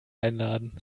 einladen